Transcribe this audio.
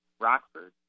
rockford